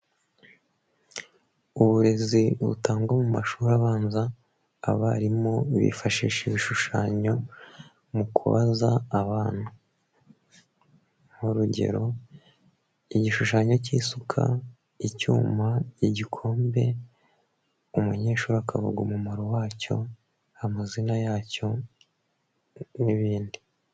Uburezi butangwa mu mashuri abanza abarimu bifashisha ibishushanyo mu kubaza abana, nk'urugero igishushanyo cy'isuka, icyuma, igikombe, umunyeshuri akavuga umumaro wacyo, amazina yacyo n'ibindi.